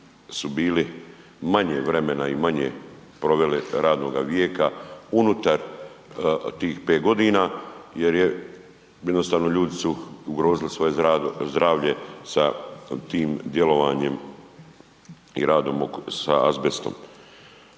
su bili manje vremena i manje proveli radnoga vijeka unutar tih 5.g. jer je, jednostavno ljudi su ugrozili svoje zdravlje sa tim djelovanjem i radom sa azbestom.